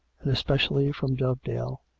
and especially from dovedale,